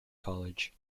college